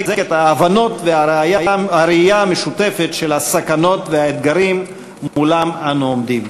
את הראייה ואת ההבנות המשותפות של הסכנות והאתגרים שמולם אנו עומדים.